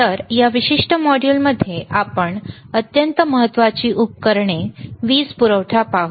तर या विशिष्ट मॉड्यूलमध्ये आपण अत्यंत महत्वाची उपकरणे वीज पुरवठा पाहू